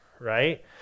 right